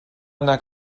anar